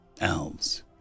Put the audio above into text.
Elves